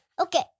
Okay